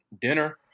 dinner